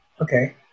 Okay